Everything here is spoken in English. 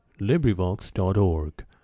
LibriVox.org